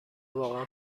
واقعا